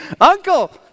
Uncle